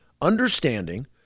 understanding